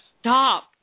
stop